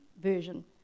version